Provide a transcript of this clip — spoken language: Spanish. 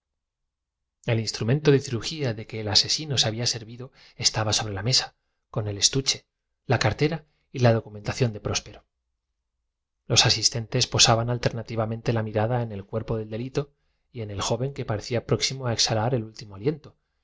el instrumento de cirugía de que el asesino se había servido es de una vez me dijo parecióme no existir taba sobre la mesa con el estuche la cartera y la documentación de próspero los asistentes po saban alternativamente la mirada en el cuerpo del delito y en el joven que